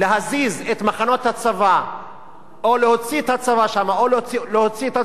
להזיז את מחנות הצבא או להוציא את הצבא משם או להוציא את התושבים,